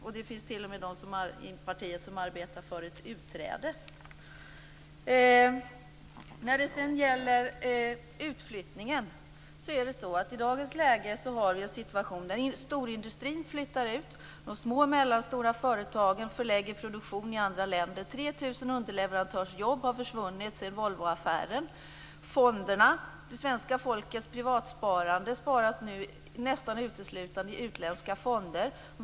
Det finns t.o.m. de i partiet som arbetar för ett utträde. När det sedan gäller utflyttningen kan jag säga att vi i dagens läge har en situation där storindustrin flyttar ut och de små och mellanstora företagen förlägger produktionen till andra länder. 3 000 underleverantörsjobb har försvunnit sedan Volvoaffären. Det svenska folkets privatsparande sker nu nästan uteslutande i utländska fonder.